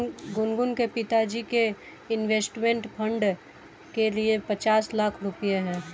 गुनगुन के पिताजी के पास इंवेस्टमेंट फ़ंड के लिए पचास लाख रुपए है